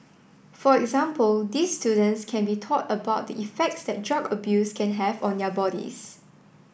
for example these students can be taught about the effects that drug abuse can have on their bodies